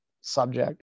subject